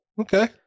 okay